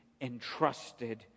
entrusted